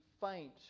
faint